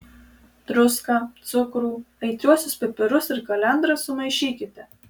druską cukrų aitriuosius pipirus ir kalendras sumaišykite